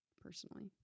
personally